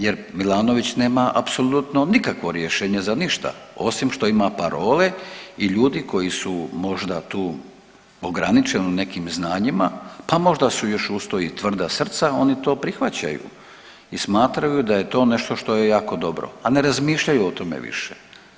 Jer Milanović nema apsolutno nikakvo rješenje za ništa osim što ima parole i ljudi koji su možda tu ograničeni u nekim znanjima pa možda su uz to još i tvrda srca oni to prihvaćaju i smatraju da je to nešto što je jako dobro, a ne razmišljaju o tome više.